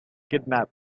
kidnap